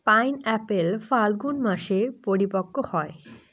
pineapple Phalgun মাসে পরিপক্ব হয়